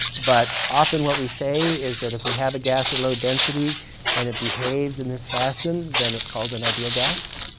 but often what we say is that if we have a gas of low density and it behaves in this fashion, then it's called an ideal gas.